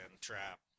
trap